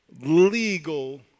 legal